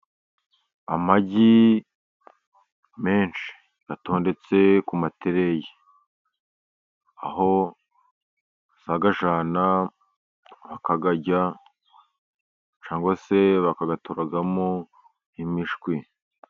Amagi menshi atondetse ku matereyi, aho uzayajyana bakayarya, cyangwa se bakayaturagamo imishwi.